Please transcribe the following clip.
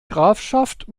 grafschaft